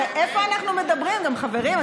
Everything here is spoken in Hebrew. הרי איפה אנחנו מדברים, חברים?